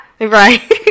right